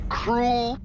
cruel